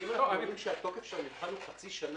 כי אם אנחנו יודעים שהתוקף של המבחן הוא חצי שנה,